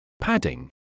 Padding